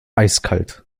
eiskalt